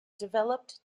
developed